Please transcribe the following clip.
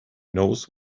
knows